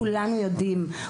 כולנו יודעים,